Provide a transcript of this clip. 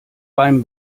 beim